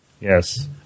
Yes